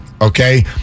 Okay